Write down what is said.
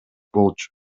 болчу